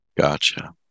Gotcha